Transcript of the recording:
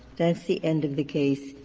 that's the end of the case,